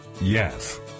Yes